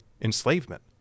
enslavement